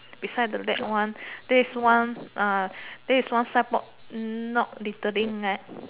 beside the lake one this one uh this one signboard not littering eh